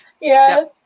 Yes